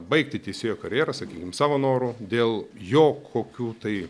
baigti teisėjo karjerą sakykime savo noru dėl jo kokių tai